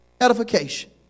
edification